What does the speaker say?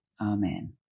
Amen